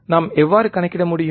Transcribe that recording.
நாம் எவ்வாறு கணக்கிட முடியும்